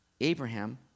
Abraham